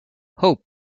hope